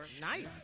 Nice